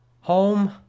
Home